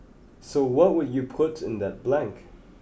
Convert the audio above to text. so what would you put in that blank